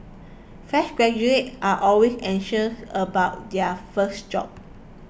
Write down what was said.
fresh graduates are always anxious about their first job